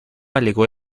alegó